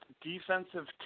defensive